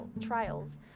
trials